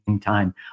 time